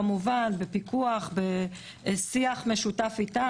כמובן בפיקוח, בשיח משותף אתם.